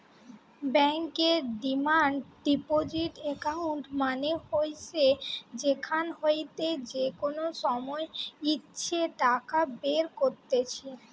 বেঙ্কর demand deposit account মানে হইসে যেখান হইতে যে কোনো সময় ইচ্ছে টাকা বের কত্তিছে